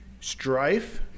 strife